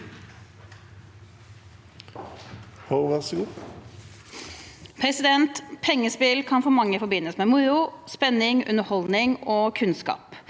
Pengespill kan for mange forbindes med moro, spenning, underholdning og kunnskap.